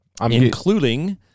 Including